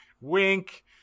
Wink